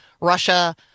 Russia